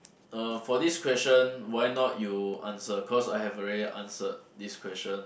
uh for this question why not you answer cause I have already answered this question